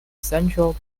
central